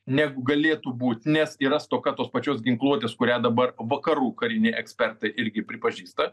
negu galėtų būt nes yra stoka tos pačios ginkluotės kurią dabar vakarų kariniai ekspertai irgi pripažįsta